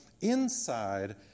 inside